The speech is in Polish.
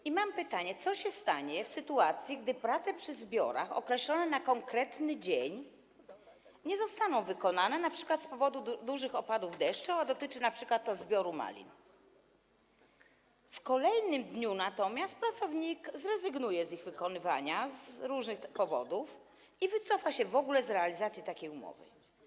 I mam pytanie: Co się stanie w sytuacji, gdy prace przy zbiorach określone na konkretny dzień nie zostaną wykonane np. z powodu dużych opadów deszczu - a dotyczy to np. zbioru malin - w kolejnym dniu natomiast pracownik zrezygnuje z wykonywania pracy z różnych powodów i wycofa się w ogóle z realizacji takiej umowy?